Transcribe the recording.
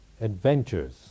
adventures